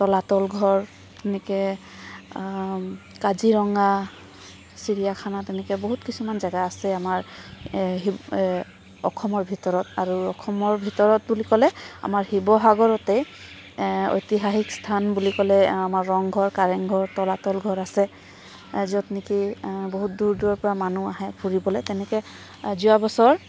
তলাতল ঘৰ এনেকৈ কাজিৰঙা চিৰিয়াখানা তেনেকৈ বহুত কিছুমান জেগা আছে আমাৰ শিৱ অসমৰ ভিতৰত আৰু অসমৰ ভিতৰত বুলি ক'লে আমাৰ শিৱসাগৰতেই ঐতিহাসিক স্থান বুলি ক'লে আমাৰ ৰংঘৰ কাৰেংঘৰ তলাতল ঘৰ আছে য'ত নেকি বহুত দূৰ দূৰৰপৰা মানুহ আহে তেনেকৈ যোৱাবছৰ